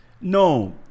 No